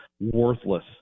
worthless